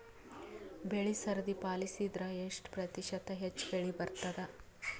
ಬೆಳಿ ಸರದಿ ಪಾಲಸಿದರ ಎಷ್ಟ ಪ್ರತಿಶತ ಹೆಚ್ಚ ಬೆಳಿ ಬರತದ?